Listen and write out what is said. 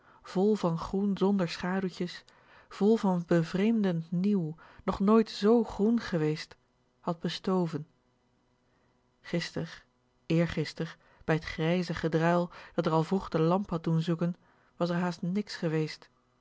vol van groen zonder schaduwtjes vol van bevreemdend nieuw nog nooit z groen geweest had bestoven gister eergister bij t grijze gedruil dat r al vroeg de lamp had doen zoeken was r haast niks geweest